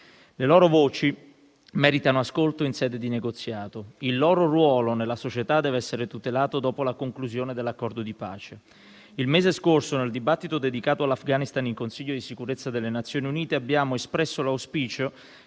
Le loro voci meritano ascolto in sede di negoziato. Il loro ruolo nella società deve essere tutelato dopo la conclusione dell'accordo di pace. Il mese scorso, nel dibattito dedicato all'Afghanistan nel Consiglio di sicurezza delle Nazioni Unite, abbiamo espresso l'auspicio